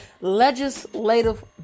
legislative